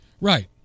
Right